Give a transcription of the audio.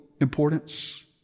importance